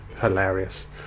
hilarious